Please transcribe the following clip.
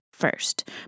first